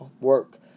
work